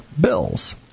bills